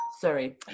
sorry